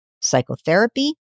psychotherapy